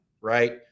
right